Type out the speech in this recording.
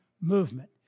movement